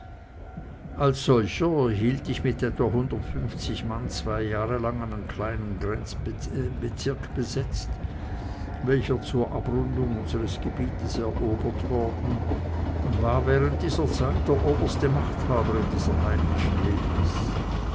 als solcher hielt ich mit etwa hundertundfünfzig mann zwei jahre lang einen kleinen grenzbezirk besetzt welcher zur abrundung unsres gebietes erobert worden und war während dieser zeit der oberste machthaber in dieser heidnischen wildnis